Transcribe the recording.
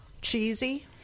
Cheesy